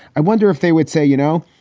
i wonder if they would say, you know,